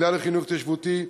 המינהל לחינוך התיישבותי,